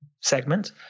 segment